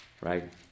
Right